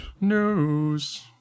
news